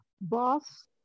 boss